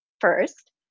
first